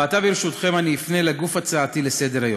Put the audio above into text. ועתה, ברשותכם, אפנה לגוף הצעתי לסדר-היום.